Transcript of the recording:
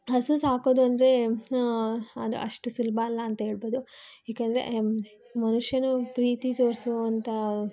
ಹಸು ಸಾಕೋದು ಅಂದರೆ ಅದು ಅಷ್ಟು ಸುಲಭ ಅಲ್ಲ ಅಂತ ಹೇಳಬಹುದು ಏಕೆಂದರೆ ಮನುಷ್ಯನೂ ಪ್ರೀತಿ ತೋರಿಸುವಂಥ